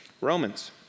Romans